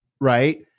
right